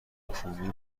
کومی